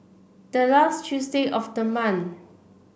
the last Tuesday of the month